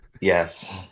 Yes